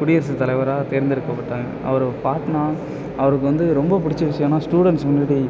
குடியரசு தலைவராக தேர்ந்தெடுக்கப்பட்டாங்க அவரை பாட்னா அவருக்கு வந்து ரொம்ப பிடிச்ச விஷயன்னா ஸ்டூடண்ஸ் முன்னாடி